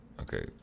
Okay